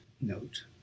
Note